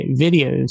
videos